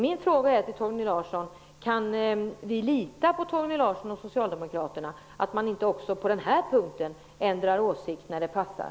Min fråga till Torgny Larsson är: Kan vi lita på att Torgny Larsson och Socialdemokraterna inte också på denna punkt ändrar åsikt när det passar?